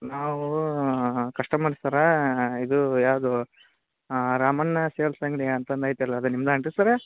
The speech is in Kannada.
ನಾವು ಕಸ್ಟಮರ್ ಸರ ಇದು ಯಾವುದು ರಾಮಣ್ಣ ಸೇಲ್ಸ್ ಅಂಗಡಿ ಅಂತಂದು ಐತಲ್ಲ ಅದು ನಿಮ್ದೇ ಏನು ರೀ ಸರ